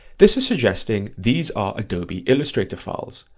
this is suggesting these are adobe illustrator files.